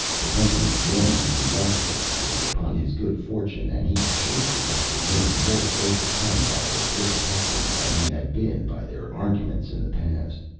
the company warmly congratulated the idiot upon his good-fortune, and he shortly left the room, more overcome by their felicitations than he had been by their arguments in the past.